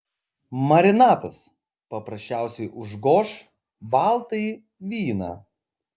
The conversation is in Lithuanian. marinatas paprasčiausiai užgoš baltąjį vyną